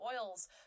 oils